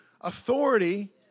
authority